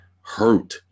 hurt